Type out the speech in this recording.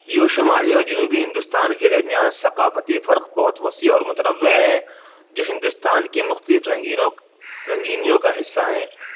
یوں شمالی اور جنوبی ہندوستان کے درمیان ثقافتی فرق بہت وسیع اور متنوع ہے جو ہندوستان کی مختلف رنگینوں رنگینیوں کا حصہ ہیں